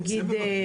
עושים במקביל,